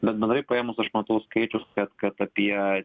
bet bendrai paėmus aš matau skaičius kad kad apie